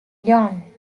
lyon